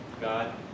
God